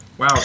Wow